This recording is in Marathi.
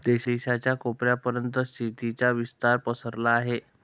देशाच्या कोपऱ्या पर्यंत शेतीचा विस्तार पसरला आहे